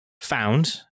found